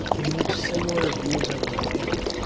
in which similar views are maintained,